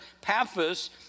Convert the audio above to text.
Paphos